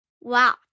Wow